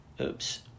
Oops